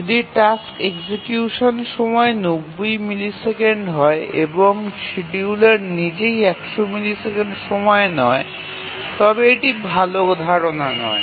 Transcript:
যদি task execution সময় ৯০ millisecond হয় এবং শিডিয়ুলার নিজেই ১০০ মিলি সেকেন্ড নেয় তবে এটি ভাল ধারণা নয়